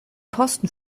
posten